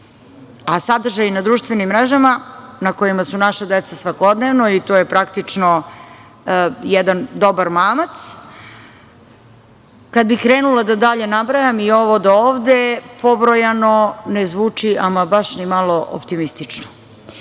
Sadržaj na društvenim mrežama na kojima su naša deca svakodnevno, i to je praktično jedan dobar mamac, kad bih krenula da dalje nabrajam i ovo do ovde pobrojano ne zvuči ama baš ni malo optimistično. Ono